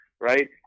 right